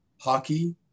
hockey